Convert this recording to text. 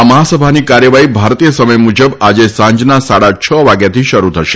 આ મહાસભાની કાર્યવાહી ભારતીય સમય મુજબ આજે સાંજના સાડા છ વાગ્યાથી શરૂ થશે